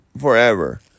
forever